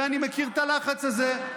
ואני מכיר את הלחץ הזה,